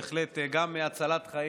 בהחלט גם מדובר בהצלת חיים,